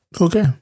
Okay